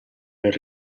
per